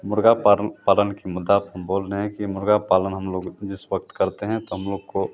मुर्ग़ा पालन पालन के मुद्दा हम बोल रहे हैं कि मुर्ग़ा पालन हम लोग जिस वक़्त करते हैं तो हम लोग को